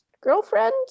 girlfriend